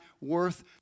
worth